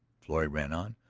florrie ran on.